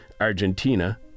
Argentina